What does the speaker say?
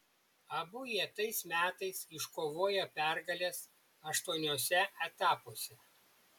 abu jie tais metais iškovojo pergales aštuoniuose etapuose